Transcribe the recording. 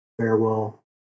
farewell